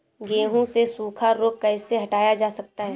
गेहूँ से सूखा रोग कैसे हटाया जा सकता है?